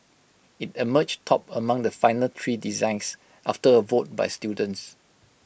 IT emerged top among the final three designs after A vote by students